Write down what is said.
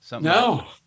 No